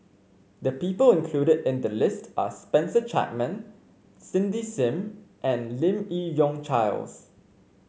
the people included in the list are Spencer Chapman Cindy Sim and Lim Yi Yong Charles